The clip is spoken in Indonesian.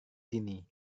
sini